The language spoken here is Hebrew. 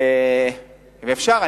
אפשר,